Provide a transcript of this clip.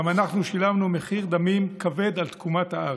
גם אנחנו שילמנו מחיר דמים כבד על תקומת הארץ.